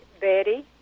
Betty